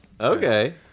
Okay